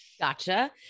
Gotcha